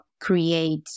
create